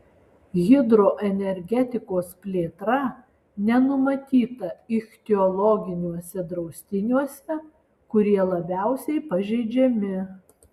hidroenergetikos plėtra nenumatyta ichtiologiniuose draustiniuose kurie labiausiai pažeidžiami